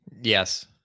Yes